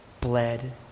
bled